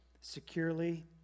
securely